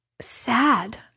sad